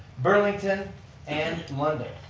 burlington and mondo.